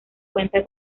cuentan